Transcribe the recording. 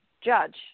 judge